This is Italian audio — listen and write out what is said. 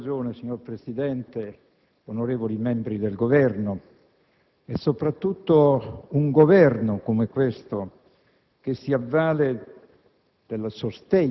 Ecco la ragione per cui, signor Presidente, onorevoli membri del Governo (soprattutto, un Governo come questo, che si avvale